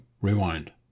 rewind